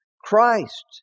Christ